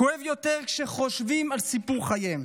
כואב יותר כשחושבים על סיפור חייהם